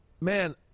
man